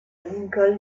lincoln